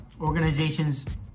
organizations